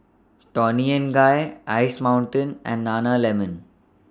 Toni and Guy Ice Mountain and Nana Lemon